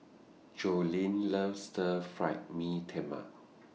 Joleen loves Stir Fried Mee Tai Mak